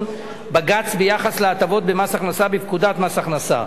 בג"ץ ביחס להטבות במס הכנסה בפקודת מס הכנסה.